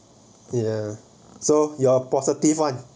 ya so you're positive one